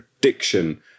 prediction